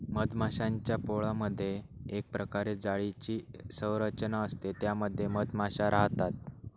मधमाश्यांच्या पोळमधे एक प्रकारे जाळीची संरचना असते त्या मध्ये मधमाशा राहतात